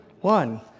One